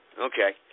Okay